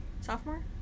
Sophomore